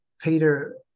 Peter